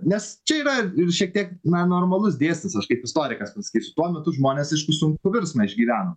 nes čia yra ir šiek tiek na normalus dėsnis aš kaip istorikas pasakysiu tuo metu žmonės aišku sunkų virsmą išgyveno